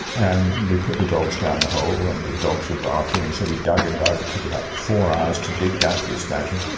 and we put the dogs down the hole and the dogs were barking and so we dug and dug, it took about four hours to dig down to this badger.